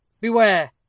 Beware